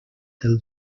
del